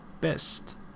best